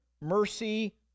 mercy